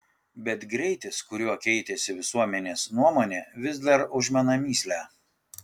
bet greitis kuriuo keitėsi visuomenės nuomonė vis dar užmena mįslę